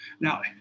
Now